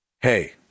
hey